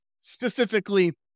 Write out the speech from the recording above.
specifically